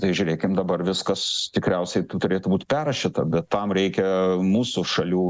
tai žiūrėkim dabar viskas tikriausiai turėtų būt perrašyta bet tam reikia mūsų šalių